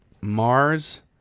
Mars